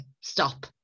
stop